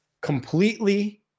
completely